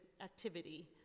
activity